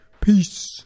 Peace